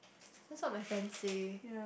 that's what my friend say